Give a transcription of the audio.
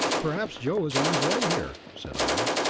perhaps joe is on his way here, said i.